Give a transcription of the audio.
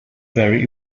very